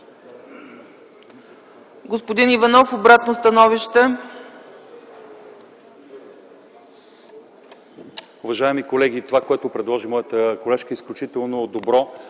Господин Иванов, обратно становище?